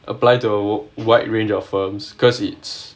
apply to a wide range of firms because it's